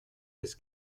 has